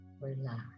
relax